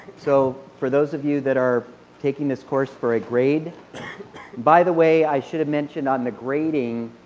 so for those of you that are taking this course for a grade by the way i should have mentioned on the grading,